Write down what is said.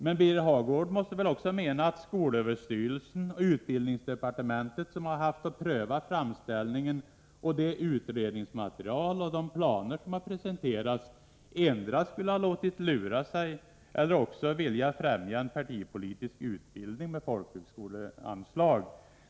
Men Birger Hagård måste också mena att skolöverstyrelsen och utbildningsdepartementet — som har haft att pröva framställningen och det utredningsmaterial och de planer som presenterats — endera skulle ha låtit lura sig eller också är villiga att främja en partipolitisk utbildning med folkhögskoleanslag.